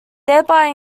thereby